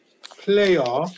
player